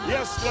Yes